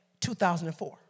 2004